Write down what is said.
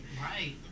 Right